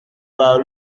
par